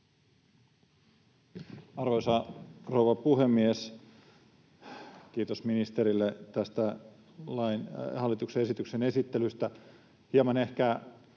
Arvoisa rouva puhemies! Kiitos ministerille tästä hallituksen esityksen esittelystä.